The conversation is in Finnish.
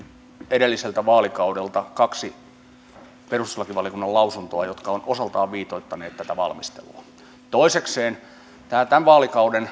edelliseltä vaalikaudelta kaksi perustuslakivaliokunnan lausuntoa jotka ovat osaltaan viitoittaneet tätä valmistelua toisekseen tämän vaalikauden